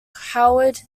howard